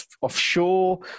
offshore